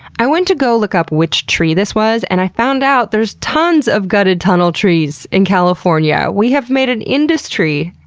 i went to go look up which tree this was, and i found out there is tons of gutted tunnel trees in california. we have made an industry.